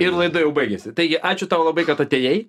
ir laida jau baigėsi taigi ačiū tau labai kad atėjai